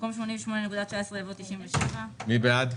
במקום 88.19 יבוא 97. מי בעד?